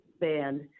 band